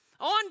on